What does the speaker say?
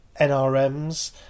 NRMs